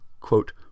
quote